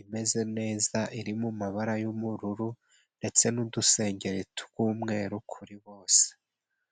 imeze neza iri mu mabara y'ubururu ndetse n'udusengeri tw'umweru kuri bose.